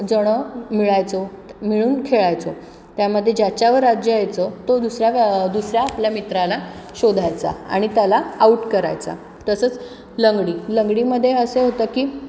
जणं मिळायचो मिळून खेळायचो त्यामध्ये ज्याच्यावर राज्य यायचं तो दुसऱ्या दुसऱ्या आपल्या मित्राला शोधायचा आणि त्याला आऊट करायचा तसंच लंगडी लंगडीमध्ये असं होतं की